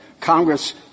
Congress